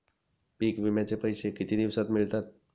पीक विम्याचे पैसे किती दिवसात मिळतात?